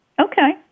Okay